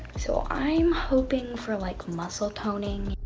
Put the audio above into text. so i'm hoping for like muscle toning